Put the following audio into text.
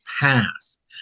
passed